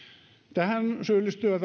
tähän syyllistyvät